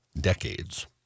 decades